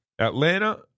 Atlanta